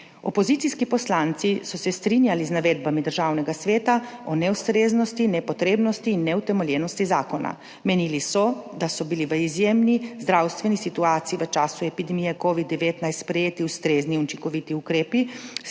Opozicijski poslanci so se strinjali z navedbami Državnega sveta o neustreznosti, nepotrebnosti in neutemeljenosti zakona. Menili so, da so bili v izjemni zdravstveni situaciji v času epidemije covida-19 sprejeti ustrezni in učinkoviti ukrepi